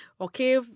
Okay